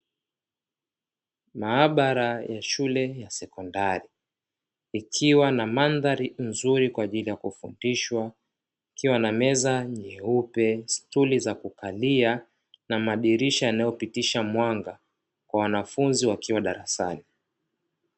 Maabara ya shule ya sekondari ikiwa na mandhari nzuri kwa ajili ya kufundishwa ikiwa na meza nyeupe, stuli za kukalia na madirisha yanayopitisha mwanga kwa wanafunzi wakiwa darasani.